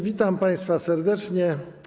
Witam państwa serdecznie.